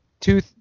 two